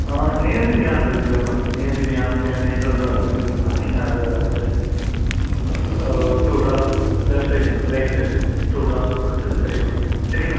ஆ Nasivion இருக்குல்ல ma'am Nasivion இல்லை nasal drops இருந்துதுன்னா நீங்கள் அதை just two drops left side right side two drops கொடுத்து சரி பண்ணிக்கோங்க சரிங்களா